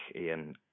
Ian